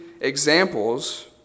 examples